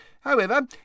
However